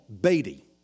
Beatty